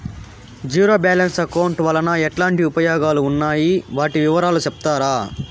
Zero balance account వలన ఎట్లాంటి ఉపయోగాలు ఉన్నాయి? వాటి వివరాలు సెప్తారా?